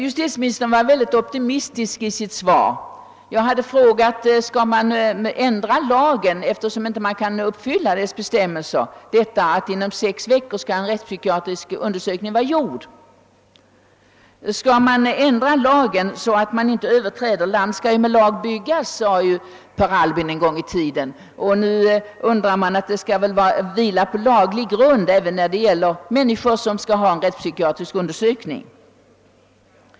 Justitieministern var optimistisk i sitt svar. Jag hade frågat om lagen bör ändras då dess bestämmelser om att en rättspsykiatrisk undersökning skall vara gjord inom sex veckor inte kan uppfyllas. Land skall med lag byggas, sade Per Albin Hansson en gång i tiden, och detta måste väl gälla även de människor som skall bli rättspsykiatriskt undersökta.